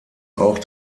auch